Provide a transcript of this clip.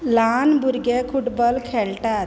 ल्हान भुरगे फुटबॉल खेळटात